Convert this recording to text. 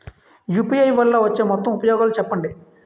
UPI వల్ల వచ్చే మొత్తం ఉపయోగాలు చెప్పండి?